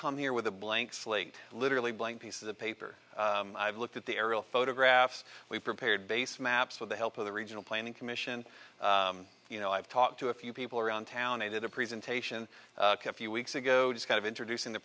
come here with a blank slate literally blank pieces of paper i've looked at the aerial photographs we've prepared base maps with the help of the regional planning commission you know i've talked to a few people around town they did a presentation a few weeks ago just kind of introducing the